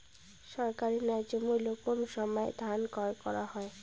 সরকারি ন্যায্য মূল্যে কোন সময় ধান ক্রয় করা হয়?